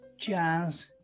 jazz